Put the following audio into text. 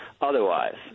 otherwise